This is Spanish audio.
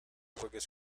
juegue